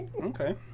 Okay